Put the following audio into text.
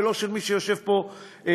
ולא של מי שיושב פה כרגע.